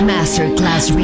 Masterclass